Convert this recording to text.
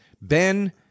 Ben